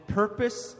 purpose